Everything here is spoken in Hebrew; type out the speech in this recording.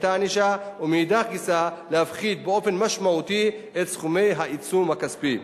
ומאידך גיסא להפחית באופן משמעותי את סכומי העיצום הכספי.